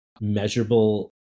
measurable